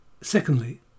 Secondly